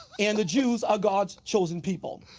and the jews are god's chosen people.